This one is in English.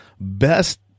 best